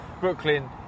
Brooklyn